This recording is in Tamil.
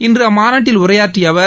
இன்று அம்மாநாட்டில் உரையாற்றி அவர்